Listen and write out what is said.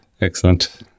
Excellent